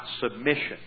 submission